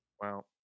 Wow